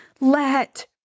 let